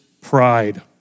pride